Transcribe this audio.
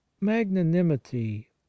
magnanimity